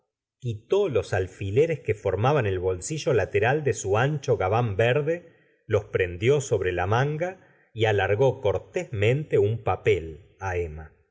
quitó los alfileres que formaban el bolsillo lateral de su ancho gabán verde los prendió sabre la manga y alargó cortésmente un papel á emma